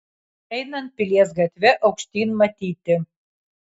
einant pilies gatve aukštyn matyti